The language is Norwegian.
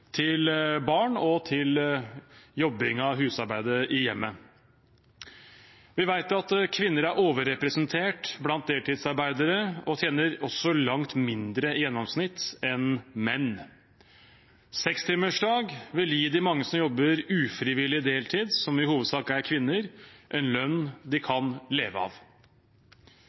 til barn og til jobbingen, husarbeidet, i hjemmet. Vi vet at kvinner er overrepresentert blant deltidsarbeidere og også tjener langt mindre i gjennomsnitt enn menn. Sekstimersdag vil gi de mange som jobber ufrivillig deltid, som i hovedsak er kvinner, en lønn de kan leve av.